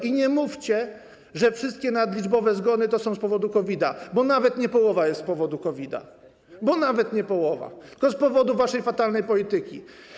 I nie mówcie, że wszystkie nadliczbowe zgony są z powodu COVID-a, bo nawet nie połowa jest z powodu COVID-a - bo nawet nie połowa - tylko z powodu waszej fatalnej polityki.